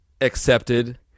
accepted